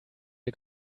der